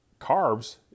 carbs